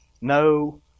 no